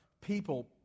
people